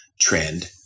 trend